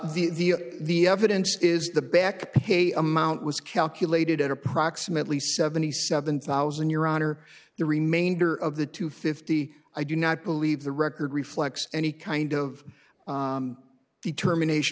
the the evidence is the backpay amount was calculated at approximately seventy seven thousand your honor the remainder of the two fifty i do not believe the record reflects any kind of determination